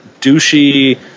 douchey